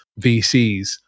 VCs